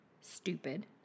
Stupid